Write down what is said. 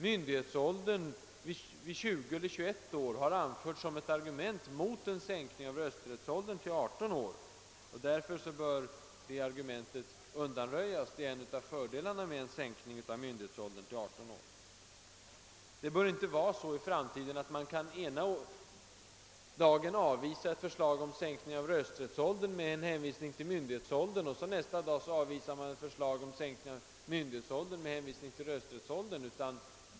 Myndighetsåldern 20 eller 21 år har även anförts som argument mot en sänkning av rösträttsåldern till 18 år, och det argumentet bör undanröjas. Det är en av fördelarna med en sänkning av myndighetsåldern till 18 år. Det bör inte vara så i framtiden, att man ena dagen kan avvisa ett förslag om sänkning av rösträttsåldern med en hänvisning till myndighetsåldern och nästa dag avvisa ett förslag om sänkning av myndighetsåldern med hänvisning till rösträttsåldern.